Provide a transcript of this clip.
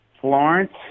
Florence